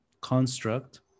construct